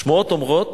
"שמועות אומרות